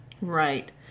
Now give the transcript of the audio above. Right